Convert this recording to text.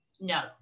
no